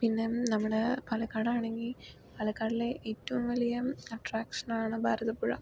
പിന്നെ നമ്മുടെ പാലക്കാട് ആണെങ്കിൽ പാലക്കാടിലെ ഏറ്റവും വലിയ അട്രാക്ഷനാണ് ഭാരതപ്പുഴ